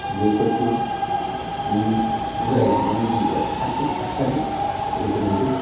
जेफोरखौ नों उरायलांजानो गियोब्ला सारदो गाबथादो गोग्रोमदो